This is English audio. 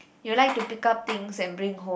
you like to pick up things and bring home